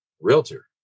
realtor